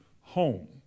home